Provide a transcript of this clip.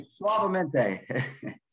Suavemente